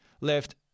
left